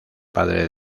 padre